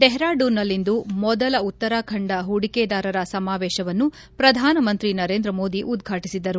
ಡೆಹರಾಡೂನ್ನಲ್ಲಿಂದು ಮೊದಲ ಉತ್ತರಾಖಂಡ ಹೂಡಿಕೆದಾರರ ಸಮಾವೇಶವನ್ನು ಪ್ರಧಾನಮಂತ್ರಿ ನರೇಂದ್ರ ಮೋದಿ ಅವರು ಉದ್ವಾಟಿಬದರು